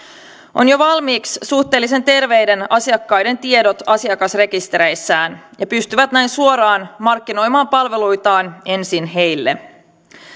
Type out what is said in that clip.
on jo valmiiksi suhteellisen terveiden asiakkaiden tiedot asiakasrekistereissään ja ne pystyvät näin suoraan markkinoimaan palveluitaan ensin heille